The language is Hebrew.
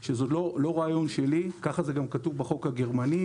זה לא רעיון שלי, וככה זה כתוב גם בחוק הגרמני.